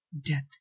death